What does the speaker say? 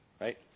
right